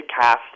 cast